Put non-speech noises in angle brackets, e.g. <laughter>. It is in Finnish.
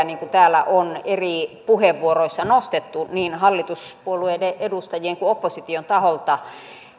<unintelligible> niin kuin täällä on eri puheenvuoroissa nostettu niin hallituspuolueiden edustajien kuin opposition taholta